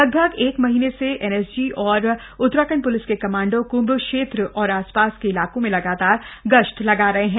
लगभग एक महीने से एनएसजी और उत्तराखंड प्लिस के कमांडो कृंभ क्षेत्र और आसपास के इलाकों में लगातार गश्त लगा रहे हैं